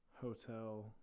hotel